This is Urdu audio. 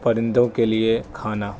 پرندوں کے لیے کھانا